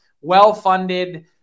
well-funded